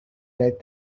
that